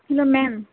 hello ma'am